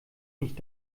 nicht